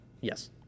yes